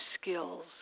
skills